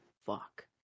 fuck